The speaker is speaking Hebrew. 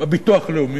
בביטוח הלאומי,